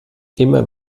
immer